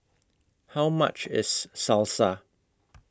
How much IS Salsa